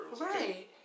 right